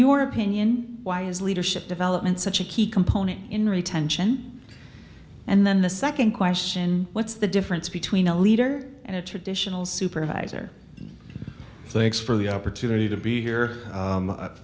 your opinion why is leadership development such a key component in retention and then the second question what's the difference between a leader and a traditional supervisor thanks for the opportunity to be here